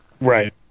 Right